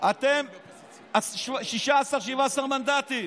אתם 16, 17 מנדטים,